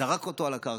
זרק אותו על הקרקע,